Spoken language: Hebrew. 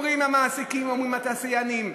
אומרים המעסיקים, אומרים התעשיינים,